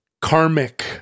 karmic